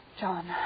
John